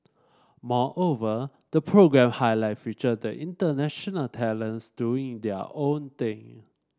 moreover the programme highlight featured the international talents doing their own thing